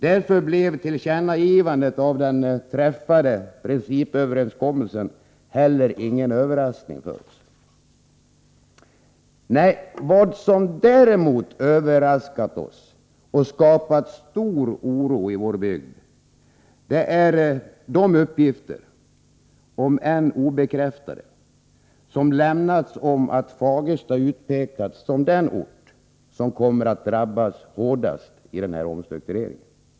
Därför blev tillkännagivandet av den träffade principöverenskommelsen inte heller någon överraskning för oss. Vad som däremot har överraskat oss och skapat stor oro i vår byggd är de uppgifter, om än obekräftade, som har lämnats om att Fagersta utpekats såsom den ort som kommer att drabbas hårdast av denna omstrukturering.